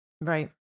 Right